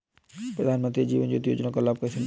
प्रधानमंत्री जीवन ज्योति योजना का लाभ कैसे लें?